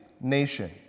nation